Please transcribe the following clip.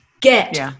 get